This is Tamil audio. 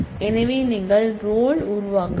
எனவே நீங்கள் ரோல் உருவாக்குங்கள்